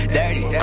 Dirty